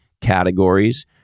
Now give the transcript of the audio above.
categories